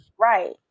right